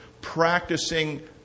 practicing